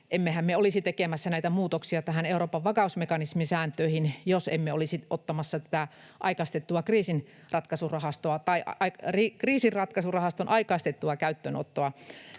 emmehän me olisi tekemässä näitä muutoksia näihin Euroopan vakausmekanismisääntöihin, jos emme olisi tätä kriisinratkaisurahaston aikaistettua käyttöönottoa